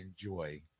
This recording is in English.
enjoy